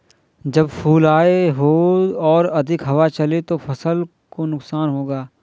जब फूल आए हों और अधिक हवा चले तो फसल को नुकसान होगा?